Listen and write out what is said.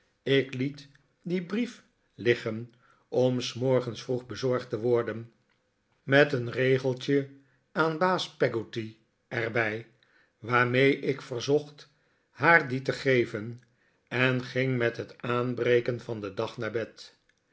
ik liet dien brief liggen om s morgens vroeg bezorgd te worden met een regeltje aan baas peggotty er bij waarmee ik verzocht haar dien te geven en ging met het aanbreken van den dag naar bed